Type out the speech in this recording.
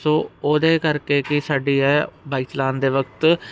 ਸੋ ਉਹਦੇ ਕਰਕੇ ਕਿ ਸਾਡੀ ਹੈ ਬਾਈ ਚਲਾਨ ਦੇ ਵਕਤ